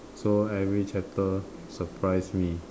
so every chapter surprise me